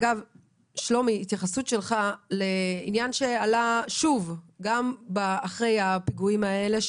התייחסות שלך שלומי לעניין שעלה אחרי הפיגועים האלה,